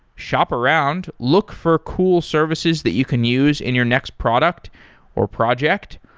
shop around. look for cool services that you can use in your next product or project.